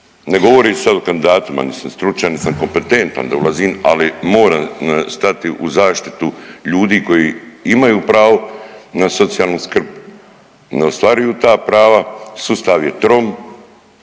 Ne govorim sad o kandidatima, nit sam stručan, nit sam kompetentan da ulazim, ali moram stati u zaštitu ljudi koji imaju pravo na socijalnu skrb, ne ostvaruju ta prava, sustav je trom,